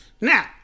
Now